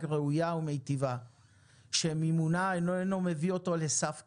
ראויה ומיטיבה שמימונה אינו מביא אותו לסף קריסה.